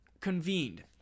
convened